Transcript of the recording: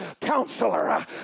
Counselor